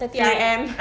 thirty R_M